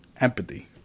empathy